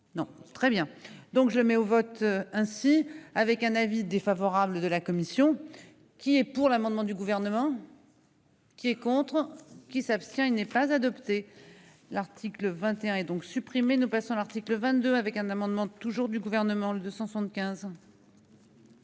Non très bien. Donc je mets au vote ainsi avec un avis défavorable de la commission qui est pour l'amendement du gouvernement. Qui est contre qui s'abstient. Il n'est pas adopté l'article 21 et donc supprimer nous passons l'article 22 avec un amendement toujours du gouvernement l'de 175.